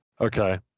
Okay